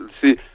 see